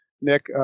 Nick